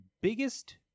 biggest